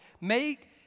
Make